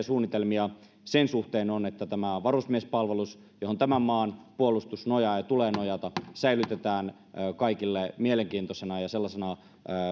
suunnitelmia sen suhteen on että tämä varusmiespalvelus johon tämän maan puolustus nojaa ja johon sen tulee nojata säilytetään kaikille mielenkiintoisena ja sellaisena